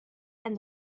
and